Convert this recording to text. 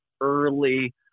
early